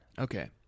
Okay